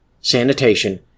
sanitation